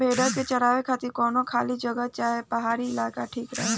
भेड़न के चरावे खातिर कवनो खाली जगह चाहे पहाड़ी इलाका ठीक रहेला